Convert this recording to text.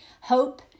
Hope